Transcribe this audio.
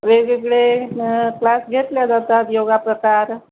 वेगवेगळे क्लास घेतले जातात योगा प्रकार